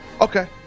Okay